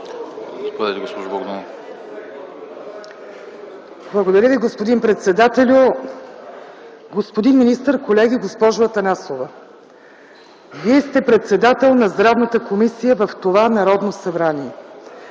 господин председателю. Господин министър, колеги, госпожо Атанасова! Вие сте председател на Здравната комисия в това Народното събрание